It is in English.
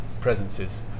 presences